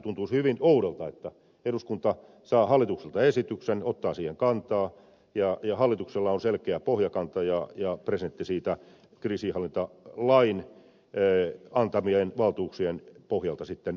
tuntuisi hyvin oudolta että eduskunta saa hallitukselta esityksen ottaa siihen kantaa ja hallituksella on selkeä pohjakanta ja presidentti kriisinhallintalain antamien valtuuksien pohjalta sitten poikkeaa siitä